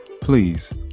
please